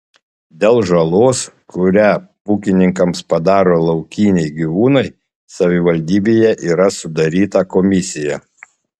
dėl žalos kurią ūkininkams padaro laukiniai gyvūnai savivaldybėje yra sudaryta komisija